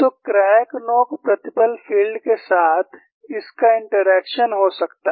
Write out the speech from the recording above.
तो क्रैक नोक प्रतिबल फील्ड के साथ इस का इंटरैक्शन हो सकता है